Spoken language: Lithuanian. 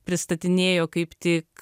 pristatinėjo kaip tik